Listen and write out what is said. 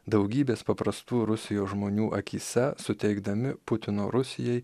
daugybės paprastų rusijos žmonių akyse suteikdami putino rusijai